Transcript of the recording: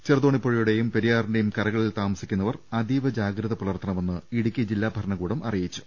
ചെറുതോണി പുഴയുടെയും പെരിയാറിന്റെയും കരകളിൽ താമസി ക്കുന്നവർ അതീവ ജാഗ്രത പുലർത്തണമെന്ന് ഇടുക്കി ജില്ലാ ഭരണ കൂടം അറിയിച്ചു